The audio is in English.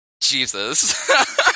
Jesus